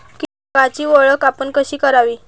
कीटकांची ओळख आपण कशी करावी?